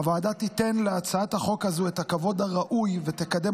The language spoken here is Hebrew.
הוועדה תיתן להצעת החוק הזאת את הכבוד הראוי ותקדם